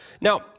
Now